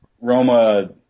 Roma